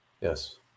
Yes